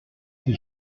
ses